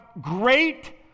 great